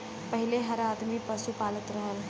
पहिले हर आदमी पसु पालत रहल